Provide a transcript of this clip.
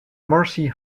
marcy